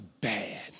bad